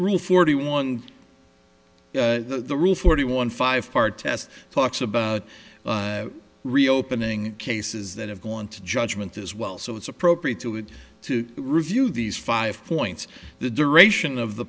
rule forty one the rule forty one five part test talks about reopening cases that have gone to judgment as well so it's appropriate to have to review these five points the duration of the